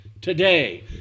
today